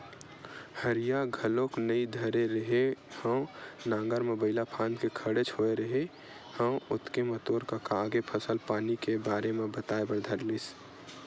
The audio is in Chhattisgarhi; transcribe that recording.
हरिया घलोक नइ धरे रेहे हँव नांगर म बइला फांद के खड़ेच होय रेहे हँव ओतके म तोर कका आगे फसल पानी के बारे म बताए बर धर लिस